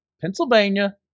Pennsylvania